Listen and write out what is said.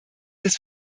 das